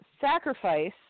Sacrifice